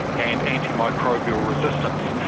and antimicrobial resistance.